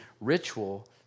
ritual